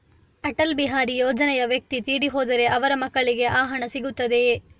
ಅಟಲ್ ಬಿಹಾರಿ ಯೋಜನೆಯ ವ್ಯಕ್ತಿ ತೀರಿ ಹೋದರೆ ಅವರ ಮಕ್ಕಳಿಗೆ ಆ ಹಣ ಸಿಗುತ್ತದೆಯೇ?